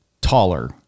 taller